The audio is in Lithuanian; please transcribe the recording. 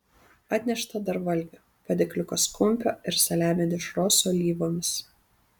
atnešta dar valgio padėkliukas kumpio ir saliamio dešros su alyvomis